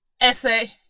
Essay